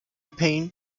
payne